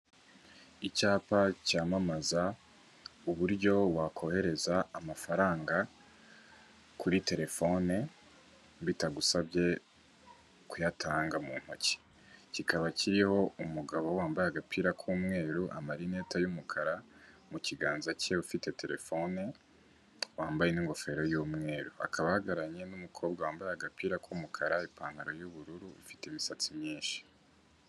Icyapa cyamamaza uburyo wakohereza amafaranga kuri telefone bitagusabye kuyatanga mu ntoki, kikaba kiriho umugabo wambaye agapira k'umweru, amarineti y'umukara mu kiganza cye ufite telefone wambaye n'ingofero y'umweru, akaba ahagararanye n'umukobwa wambaye agapira k'umukara, ipantaro y'ubururu ufite imisatsi myinshi.